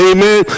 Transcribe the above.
Amen